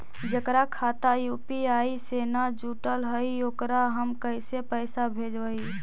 जेकर खाता यु.पी.आई से न जुटल हइ ओकरा हम पैसा कैसे भेजबइ?